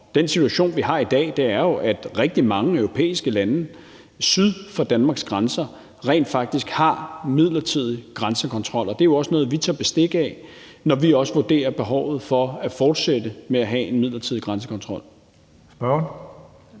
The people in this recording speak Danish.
Den situation, vi har i dag, er jo, at rigtig mange europæiske lande syd for Danmarks grænser rent faktisk har midlertidig grænsekontrol. Det er jo også noget, vi tager bestik af, når vi vurderer behovet for at fortsætte med at have en midlertidig grænsekontrol.